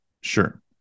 Sure